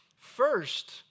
First